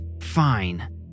fine